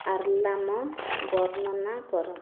alarm ବର୍ଣ୍ଣନା କର